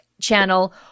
channel